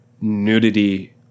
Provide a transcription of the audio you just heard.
nudity